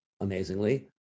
Amazingly